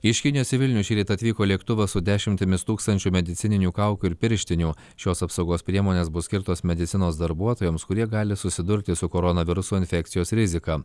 iš kinijos į vilnių šįryt atvyko lėktuvas su dešimtimis tūkstančių medicininių kaukių ir pirštinių šios apsaugos priemonės bus skirtos medicinos darbuotojams kurie gali susidurti su koronaviruso infekcijos rizika